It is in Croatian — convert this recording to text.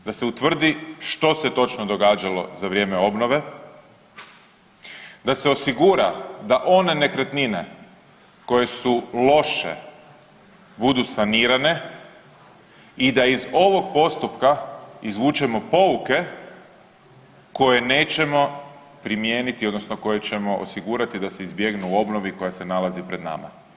Da se utvrdi što se točno događalo za vrijeme obnove, da se osigura da one nekretnine koje su loše budu sanirane i da iz ovog postupka izvučemo pouke koje nećemo primijeniti, odnosno koje ćemo osigurati da se izbjegnu u obnovi koja se nalazi pred nama.